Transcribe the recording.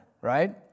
right